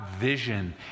vision